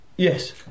Yes